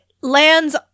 lands